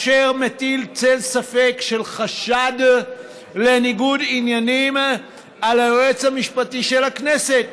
אשר מטיל צל ספק של חשד לניגוד עניינים על היועץ המשפטי של הכנסת.